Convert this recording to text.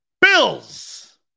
Bills